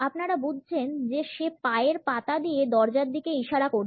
আপনারা বুঝেছেন যে সে পা এর পাতা দিয়ে দরজার দিকে ইশারা করছে